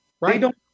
Right